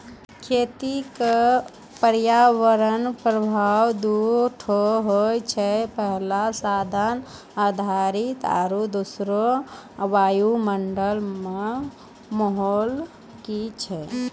खेती क पर्यावरणीय प्रभाव दू ठो होय छै, पहलो साधन आधारित आरु दोसरो वायुमंडल कॅ माहौल की छै